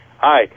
Hi